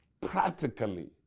practically